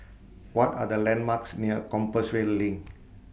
What Are The landmarks near Compassvale LINK